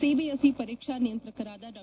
CBSE ಪರೀಕ್ಷಾ ನಿಯಂತ್ರಕರಾದ ಡಾ